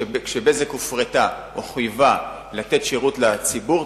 כש"בזק" הופרטה היא חויבה לתת שירות לציבור,